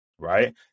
right